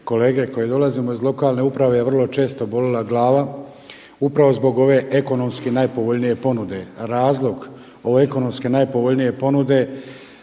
kolege koje dolazimo iz lokalne uprave je vrlo često bolila glava upravo zbog ove ekonomski najpovoljnije ponude. Razlog ove ekonomski najpovoljnije ponude